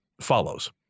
follows